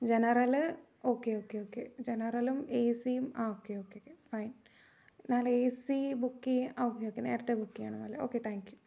general okay okay okay ജനറലും ഏസിയും ആ ഓക്കെ ഓക്കെ ഫൈൻ എന്നാൽ എ സീ ബുക്ക് ചെയ്യാൻ ആ ഓക്കെ ഓക്കെ നേരത്തെ ബുക്ക് ചെയ്യണം അല്ലേ ഓക്കെ താങ്ക് യു